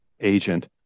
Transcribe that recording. agent